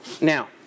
Now